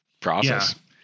process